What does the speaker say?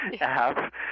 app